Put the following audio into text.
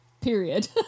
period